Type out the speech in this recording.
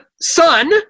son